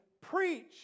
preach